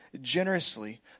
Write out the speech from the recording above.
generously